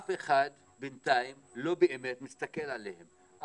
אף אחד בינתיים לא באמת מסתכל עליהם.